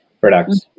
products